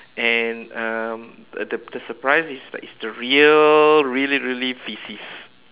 and um the the surprise is like it's the real really really feces